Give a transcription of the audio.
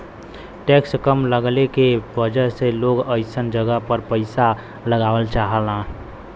tax कम लगले के वजह से लोग अइसन जगह पर पइसा लगावल चाहलन